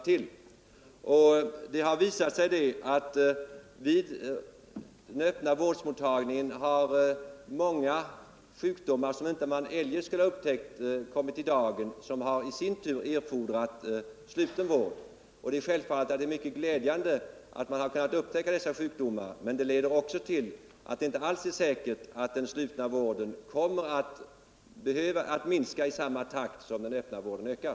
Det har vidare visat sig att man vid mottagning i öppen vård upptäcker många sjukdomar som eljest inte skulle ha kommit i dagen och som i sin tur erfordrar sluten vård. Det är självfallet glädjande att man upptäcker dessa sjukdomar, men det medför också att det inte alls är säkert att den slutna vården minskar i samma takt som den öppna vården ökar.